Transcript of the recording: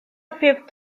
fifth